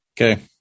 Okay